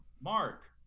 mark